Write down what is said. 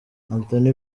anthony